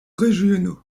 régionaux